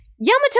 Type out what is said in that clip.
Yamato